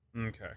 Okay